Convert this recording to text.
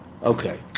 Okay